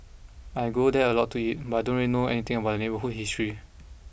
I go there a lot to eat but I don't really know anything about the neighbourhood's history